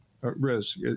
risk